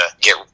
get